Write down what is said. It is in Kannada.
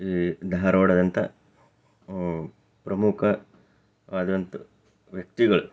ಈ ಧಾರವಾಡದಂಥ ಪ್ರಮುಖ ಆದಂಥ ವ್ಯಕ್ತಿಗಳು